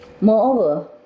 Moreover